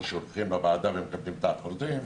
הם שולחים לוועדה ומקבלים את האחוזים,